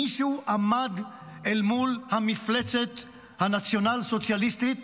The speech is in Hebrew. מישהו עמד אל מול המפלצת הנציונל-סוציאליסטית